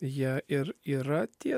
jie ir yra tie